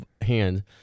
hand